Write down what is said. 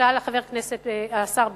ושאל השר בגין,